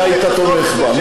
אתה היית תומך בה.